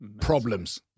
problems